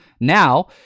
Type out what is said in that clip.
Now